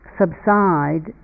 subside